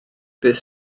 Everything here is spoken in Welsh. beth